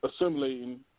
assimilating